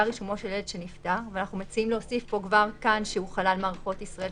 רישומו של ילד שנפטר ושהוא חלל מערכות ישראל,